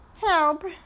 Help